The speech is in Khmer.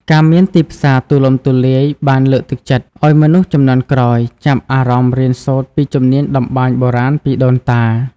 ការមានទីផ្សារទូលំទូលាយបានលើកទឹកចិត្តឱ្យមនុស្សជំនាន់ក្រោយ ចាប់អារម្មណ៍រៀនសូត្រពីជំនាញតម្បាញបុរាណពីដូនតា។